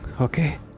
Okay